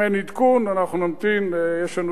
אם אין עדכון, אנחנו נמתין, יש לנו